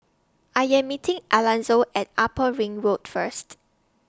I Am meeting Alanzo At Upper Ring Road First